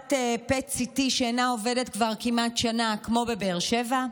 מכונת PET-CT שאינה עובדת כבר כמעט שנה כמו בבאר שבע?